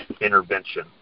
intervention